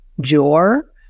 jor